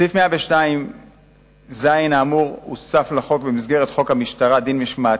סעיף 102ז האמור הוסף לחוק במסגרת חוק המשטרה (דין משמעתי,